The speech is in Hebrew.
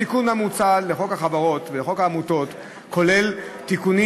התיקון המוצע לחוק החברות ולחוק העמותות כולל תיקונים